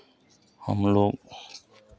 हमलोग